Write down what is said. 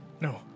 No